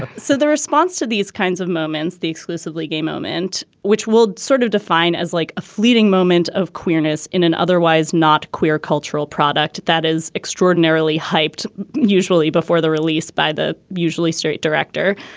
so the response to these kinds of moments, the exclusively gay moment, which will sort of define as like a fleeting moment of queerness in an otherwise not queer cultural product that is extraordinarily hyped usually before the release by the usually straight director.